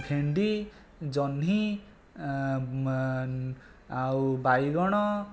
ଭେଣ୍ଡି ଜହ୍ନି ଆଉ ବାଇଗଣ